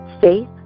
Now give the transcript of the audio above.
faith